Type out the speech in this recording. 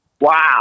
Wow